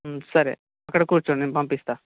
సరే ఇక్కడ కూర్చోండి నేను పంపిస్తా